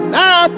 Now